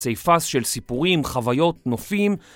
פסיפס של סיפורים, חוויות, נופים